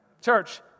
Church